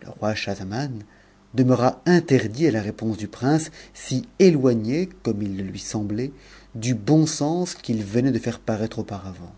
le roi schahzaman demeura interdit à la réponse du prince si éloignée mfumc il le lui semblait du bon sens qu'il venait de faire paraître aupa'yaut